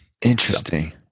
Interesting